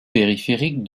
périphérique